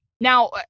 now